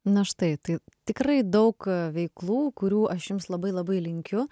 na štai tai tikrai daug a veiklų kurių aš jums labai labai linkiu